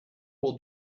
will